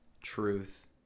truth